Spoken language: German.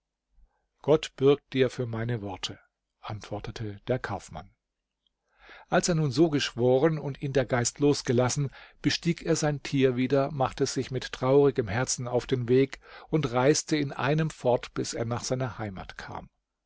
gott bürgt dir für meine worte antwortete der kaufmann als er nun so geschworen und ihn der geist losgelassen bestieg er sein tier wieder machte sich mit traurigem herzen auf den weg und reiste in einem fort bis er nach seiner heimat kam